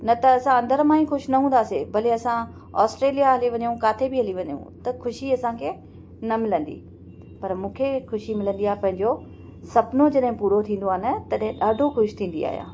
न त असां अंदरि मां ई ख़ुशि न हूंदासीं भले असां ऑस्ट्रेलिया हले वञूं काथे बि हले वञूं त ख़ुशी असांखे न मिलंदी पर मूंखे ख़ुशी मिलंदी आहे पंहिंजो सुपिनो जॾहिं पूरो थींदो आहे न तॾहिं ॾाढो ख़ुशि थींदी आहियां